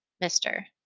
mister